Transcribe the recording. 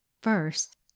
First